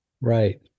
right